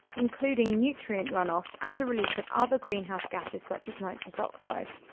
including nutrient runoff and the release of other greenhouse gases such as nitrous oxide.